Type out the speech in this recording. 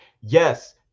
Yes